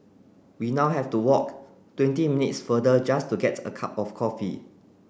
we now have to walk twenty minutes further just to get a cup of coffee